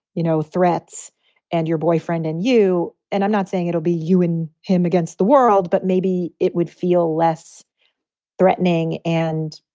you know, threats and your boyfriend and you. and i'm not saying it'll be you and him against the world, but maybe it would feel less threatening. and,